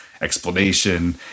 explanation